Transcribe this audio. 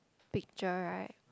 picture right